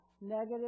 negative